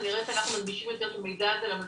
ונראה איך אנחנו מנגישים את המידע הזה למלש"בים.